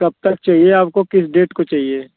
कब तक चाहिए आपको किस डेट को चाहिए